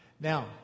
Now